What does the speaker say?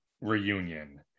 reunion